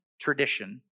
tradition